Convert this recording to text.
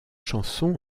chanson